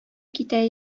китә